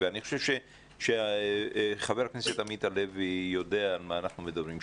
ואני חושב שחבר הכנסת עמית הלוי יודע על מה אנחנו מדברים.